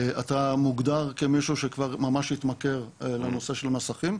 אתה מוגדר כמישהו שכבר ממש התמכר לנושא של המסכים.